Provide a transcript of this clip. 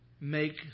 make